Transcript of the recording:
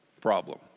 problem